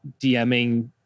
DMing